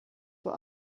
vor